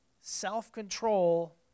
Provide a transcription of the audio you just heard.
Self-control